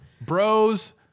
Bros